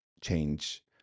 change